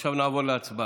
עכשיו נעבור להצבעה.